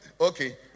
okay